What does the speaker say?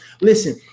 Listen